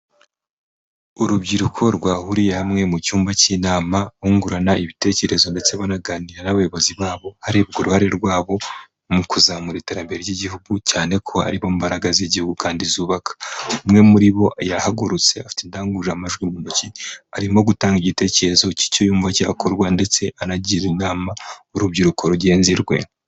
Urubyiruko rwahuriye hamwe mu cyumba cy'inama bungurana ibitekerezo ndetse banaganira n'abayobozi babo harebwa uruhare rwabo mu kuzamura iterambere ry'igihugu, cyane ko ari bo mbaraga z'igihugu kandi zubaka, umwe muri bo yahagurutse afite indangururamajwi mu ntoki arimo gutanga igitekerezo cy'icyo yumva cyakorwa ndetse anagira inama urubyiruko rugenzi rwe.